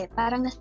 parang